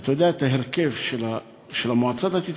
ואתה יודע את ההרכב של המועצה הדתית,